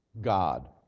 God